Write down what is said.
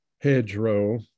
hedgerow